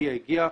שהגיע הגיע,